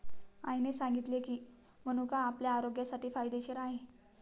आईने सांगितले की, मनुका आपल्या आरोग्यासाठी फायदेशीर आहे